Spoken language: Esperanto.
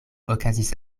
okazis